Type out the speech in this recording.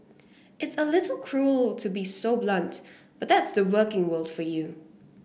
it's a little cruel to be so blunt but that's the working world for you